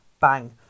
bang